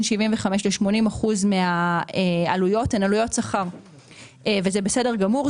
75% ל-80% מהעלויות הן עלויות שכר וזה בסדר גמור.